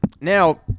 now